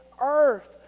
earth